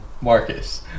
marcus